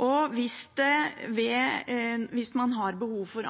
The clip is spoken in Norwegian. og hvis man har behov for